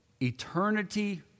Eternity